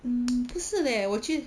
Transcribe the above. mm 不是 leh 我去